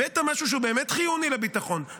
הבאת משהו שהוא באמת חיוני לביטחון,